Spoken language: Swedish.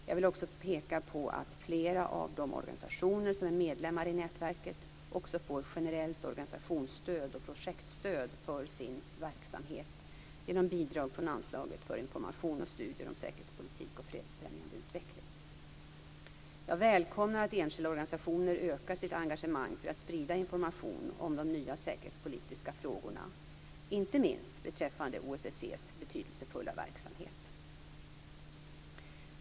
Jag vill peka på att flera av de organisationer som är medlemmar i nätverket får generellt organisationsstöd och projektstöd för sin verksamhet genom bidrag från anslaget för information och studier om säkerhetspolitik och fredsfrämjande utveckling. Jag välkomnar att enskilda organisationer ökar sitt engagemang för att sprida information om de nya säkerhetspolitiska frågorna, inte minst beträffande OSSE:s betydelsefulla verksamhet.